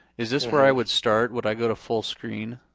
is this where i would start? would i go to full screen?